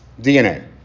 DNA